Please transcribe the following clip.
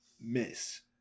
miss